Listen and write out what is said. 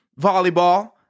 volleyball